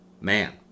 man